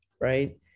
Right